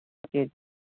ठीक